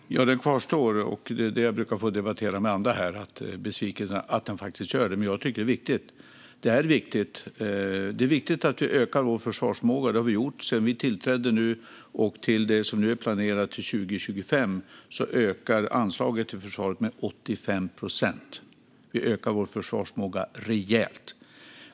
Herr talman! Den kvarstår, och det brukar jag få debattera med andra här. Det finns en besvikelse över att den faktiskt kvarstår. Men jag tycker att det är viktigt. Det är viktigt att vi ökar vår försvarsförmåga. Det har vi gjort sedan vår regering tillträdde, och med det som nu är planerat till 2025 ökar anslaget till försvaret med 85 procent. Vi ökar vår försvarsförmåga rejält.